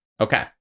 okay